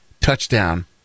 touchdown